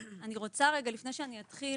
לפני שאני אתחיל,